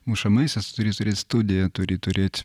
mušamaisiais tu turi turėt studiją turi turėt